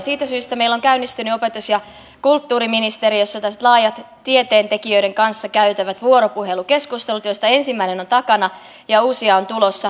siitä syystä meillä on käynnistynyt opetus ja kulttuuriministeriössä laajat tieteentekijöiden kanssa käytävät vuoropuhelukeskustelut joista ensimmäinen on takana ja uusia on tulossa